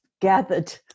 gathered